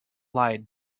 lied